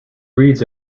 breeds